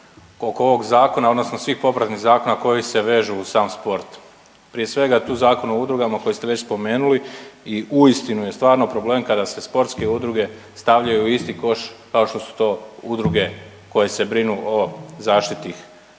oko ovog zakona, odnosno svih popratnih zakona koji se vežu uz sam sport. Prije svega tu je Zakon o udrugama koji ste već spomenuli i uistinu je stvarno problem kada se sportske udruge stavljaju u isti koš kao što su to udruge koje se brinu o zaštiti